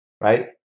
right